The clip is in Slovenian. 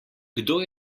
kdo